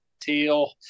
teal